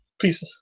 Peace